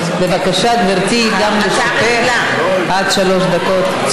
בבקשה, גברתי, גם לרשותך עד שלוש דקות.